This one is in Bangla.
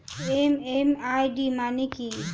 এম.এম.আই.ডি মানে কি?